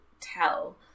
tell